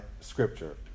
scripture